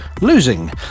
losing